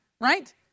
right